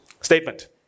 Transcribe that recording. Statement